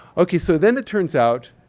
ok, so then it turns out.